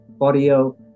audio